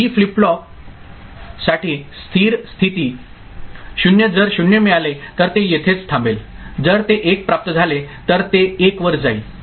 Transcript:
D flip flop साठी स्थिर स्थिती 0 जर 0 मिळाले तर ते येथेच थांबेल जर ते 1 प्राप्त झाले तर ते 1 वर जाईल